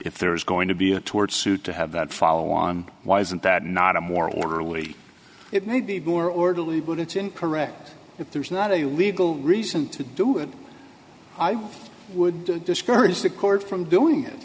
if there is going to be a tort suit to have that follow on why isn't that not a more orderly it may be more orderly but it's in correct if there's not a legal reason to do it i would discourage the court from doing it